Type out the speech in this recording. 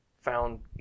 found